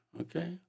Okay